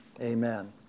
Amen